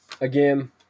again